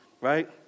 right